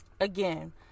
Again